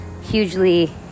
hugely